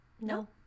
no